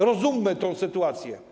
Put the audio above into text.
Zrozummy tę sytuację.